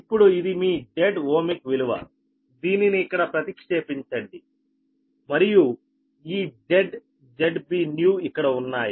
ఇప్పుడు ఇది మీ Z ఓమిక్ విలువదీనిని ఇక్కడ ప్రతిక్షేపించండి మరియు ఈ jZBnew ఇక్కడ ఉన్నాయి